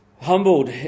humbled